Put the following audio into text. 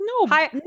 no